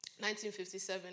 1957